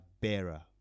bearer